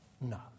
No